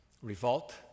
Revolt